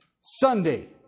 Sunday